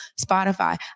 Spotify